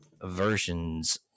versions